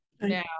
Now